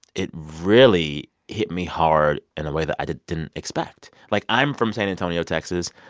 it really hit me hard in a way that i didn't didn't expect. like, i'm from san antonio, texas.